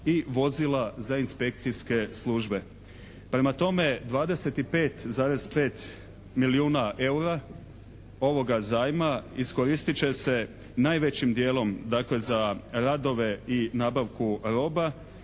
i vozila za inspekcijske službe. Prema tome, 25,5 milijuna EUR-a ovoga zajma iskoristit će se najvećim dijelom dakle za radove i nabavku roba,